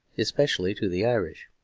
especially to the irish.